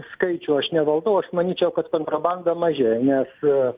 skaičių aš nevaldau aš manyčiau kad kontrabanda mažėja nes